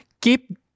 Keep